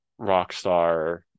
Rockstar